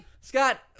Scott